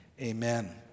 Amen